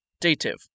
Dative